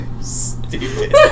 Stupid